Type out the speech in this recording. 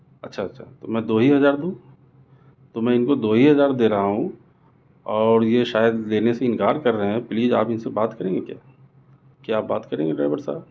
اچھا اچھا تو میں دو ہی ہزار دوں تو میں ان کو دو ہی ہزار دے رہا ہوں اور یہ شاید لینے سے انکار کر رہے ہیں پلیز آپ ان سے بات کریں گے کیا کیا آپ بات گریں گے ڈرائیور صاحب